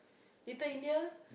Little-India